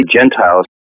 Gentiles